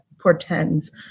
portends